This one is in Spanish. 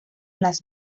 las